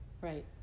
Right